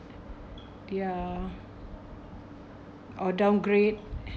ya or downgrade